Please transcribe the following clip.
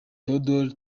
theodore